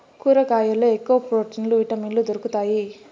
కూరగాయల్లో ఎక్కువ ప్రోటీన్లు విటమిన్లు దొరుకుతాయి